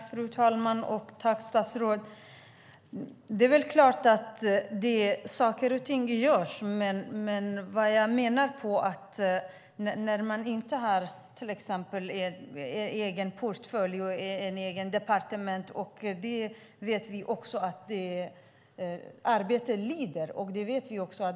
Fru talman! Jag tackar statsrådet. Det är klart att saker och ting görs. Men jag menar att när man till exempel inte har en egen portfölj och inte något eget departement vet vi att arbetet blir lidande.